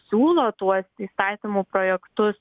siūlo tuos įstatymų projektus